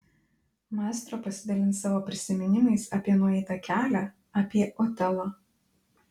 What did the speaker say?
maestro pasidalins savo prisiminimais apie nueitą kelią apie otelą